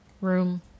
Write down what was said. room